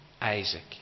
Isaac